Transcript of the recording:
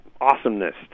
awesomeness